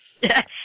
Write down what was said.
Yes